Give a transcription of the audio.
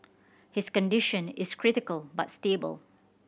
his condition is critical but stable